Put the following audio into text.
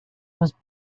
was